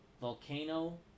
Volcano